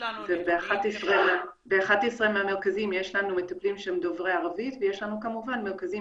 ב-11 מהמרכזים יש לנו מטפלים שהם דוברי ערבית ויש לנו כמובן מרכזים,